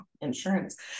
insurance